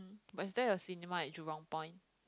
but that is a cinema in Jurong Point